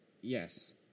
Yes